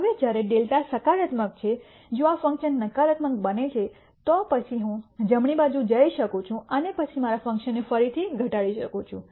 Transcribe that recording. હવે જ્યારે δ સકારાત્મક છે જો આ ફંકશન નકારાત્મક બને છે તો પછી હું જમણી બાજુ જઇ શકું છું અને પછી મારા ફંકશનને ફરીથી ઘટાડી શકું છું